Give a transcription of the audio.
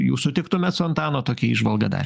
jūs sutiktumėt su antano tokia įžvalga